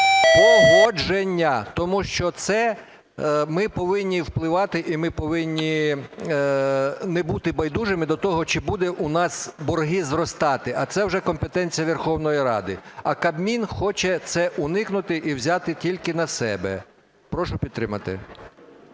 "погодження". Тому що це ми повинні впливати, і ми повинні не бути байдужими до того, чи будуть у нас борги зростати. А це вже компетенція Верховної Ради, а Кабмін хоче цього уникнути і взяти тільки на себе. Прошу підтримати.